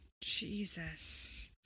jesus